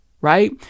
right